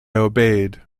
obeyed